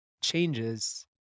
changes